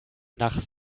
nach